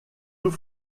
nous